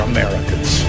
Americans